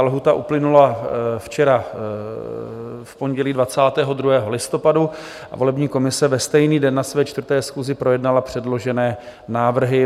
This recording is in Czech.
Lhůta uplynula včera, v pondělí 22. listopadu, a volební komise ve stejný den na své 4. schůzi projednala předložené návrhy.